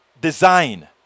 design